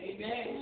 Amen